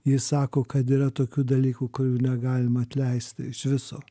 ji sako kad yra tokių dalykų kurių negalima atleisti iš viso